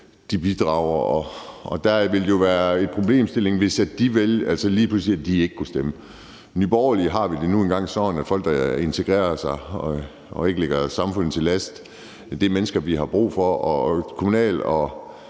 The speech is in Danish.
de bidrager. Der vil jo være en problemstilling, hvis lige præcis de ikke kunne stemme. I Nye Borgerlige har vi det nu engang sådan, at folk, der integrerer sig og ikke ligger samfundet til last, er mennesker, vi har brug for, og kommunalvalg